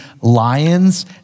lions